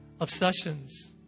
obsessions